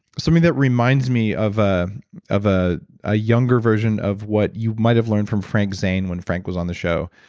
something that reminds me of ah a ah ah younger version of what you might have learned from frank zane when frank was on the show.